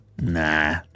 Nah